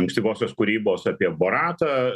ankstyvosios kūrybos apie boratą